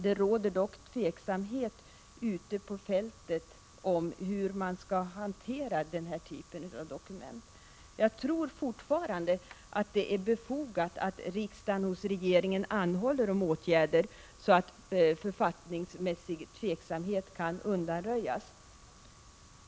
Det råder dock tveksamhet ute på fältet om hur man skall hantera denna typ av dokument. Jag tror fortfarande att det är befogat att riksdagen hos regeringen anhåller om åtgärder så att författningsmässig tveksamhet kan undanröjas.